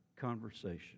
conversation